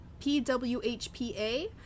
pwhpa